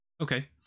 Okay